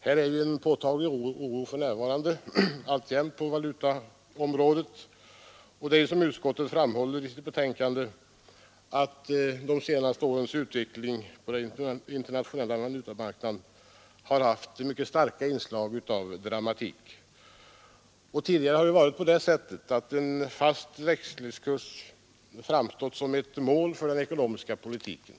För närvarande råder det ju alltjämt en påtaglig oro på valutaområdet. Som utskottet framhåller i sitt betänkande har utvecklingen på den internationella valutamarknaden under de senaste åren haft mycket starka inslag av dramatik. Tidigare har en fast växelkurs närmast framstått som ett mål för den ekonomiska politiken.